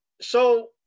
So-